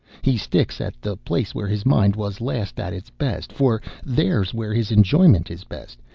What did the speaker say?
he sticks at the place where his mind was last at its best, for there's where his enjoyment is best,